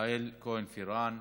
יעל כהן-פארן,